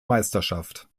meisterschaft